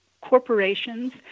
corporations